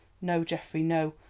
no, geoffrey, no,